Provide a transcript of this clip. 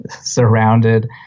surrounded